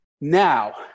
Now